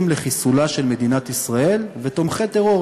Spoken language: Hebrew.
לחיסולה של מדינת ישראל ותומכי טרור.